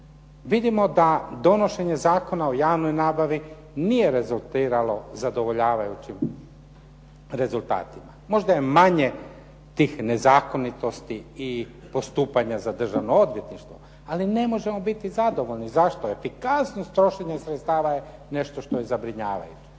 Vidimo da donošenje Zakona o javnoj nabavi nije rezultiralo zadovoljavajućim rezultatima. Možda je manje tih nezakonitosti i postupanja za Državno odvjetništvo. Ali ne možemo biti zadovoljni. Zašto? Efikasnost trošenja sredstava je nešto što je zabrinjavajuće